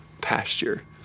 pasture